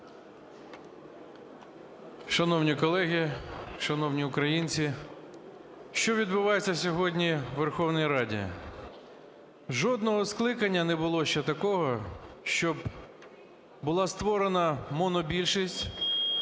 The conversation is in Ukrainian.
Шановні колеги, шановні українці! Що відбувається сьогодні у Верховній Раді? Жодного скликання не було ще такого, щоб була створена монобільшість,